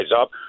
up